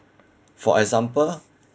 for example